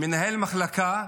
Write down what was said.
מנהל מחלקה,